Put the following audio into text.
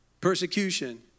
Persecution